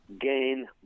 gain